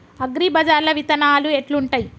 అగ్రిబజార్ల విత్తనాలు ఎట్లుంటయ్?